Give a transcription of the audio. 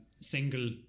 single